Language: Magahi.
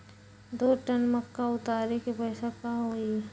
दो टन मक्का उतारे के पैसा का होई?